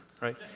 right